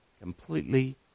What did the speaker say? completely